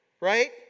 Right